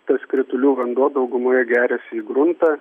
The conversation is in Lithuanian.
tas kritulių vanduo daugumoje geriasi į gruntą